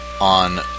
on